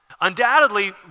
Undoubtedly